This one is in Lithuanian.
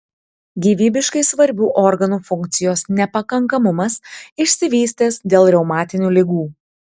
gyvybiškai svarbių organų funkcijos nepakankamumas išsivystęs dėl reumatinių ligų